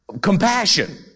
compassion